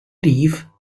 leave